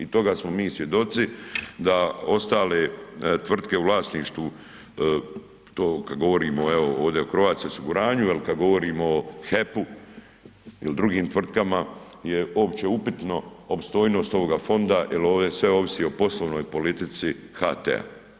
I toga smo mi svjedoci, da ostale tvrtke u vlasništvu tog kad govorimo ovdje o Croatia osiguranju il kad govorimo o HEP-u il drugim tvrtkama je opće upitno opstojnost ovoga fonda jer ovdje sve ovisi o poslovnoj politici HT-a.